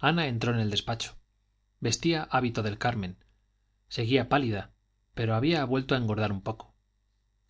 ana entró en el despacho vestía hábito del carmen seguía pálida pero había vuelto a engordar un poco